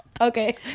Okay